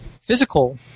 physical